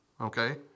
okay